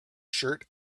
shirt